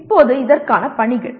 இப்போது இதற்கான பணிகள்